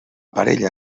parella